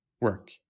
work